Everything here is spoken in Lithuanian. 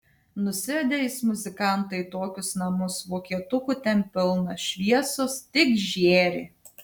nusivedė jis muzikantą į tokius namus vokietukų ten pilna šviesos tik žėri